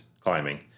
climbing